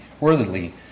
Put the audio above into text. worthily